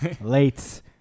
late